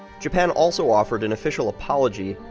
japan also offered an official apology,